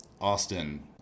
Austin